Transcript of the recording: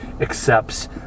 accepts